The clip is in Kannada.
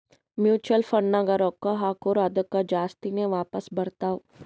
ಮ್ಯುಚುವಲ್ ಫಂಡ್ನಾಗ್ ರೊಕ್ಕಾ ಹಾಕುರ್ ಅದ್ದುಕ ಜಾಸ್ತಿನೇ ವಾಪಾಸ್ ಬರ್ತಾವ್